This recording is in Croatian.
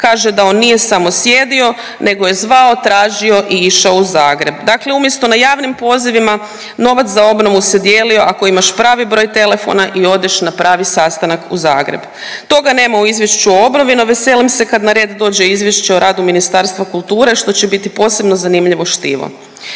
Kaže da on nije samo sjedio nego je zvao tražio i išao u Zagreb. Dakle umjesto na javnim pozivima, novac za obnovu se dijelio ako imaš pravi broj telefona i odeš na pravi sastanak u Zagreb. Toga nema u izvješću o obnovi, no veselim se kad na red dođe izvješće o radu Ministarstva kulture, što će biti posebno zanimljivo štivo.